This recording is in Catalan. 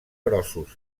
grossos